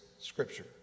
scripture